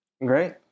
Great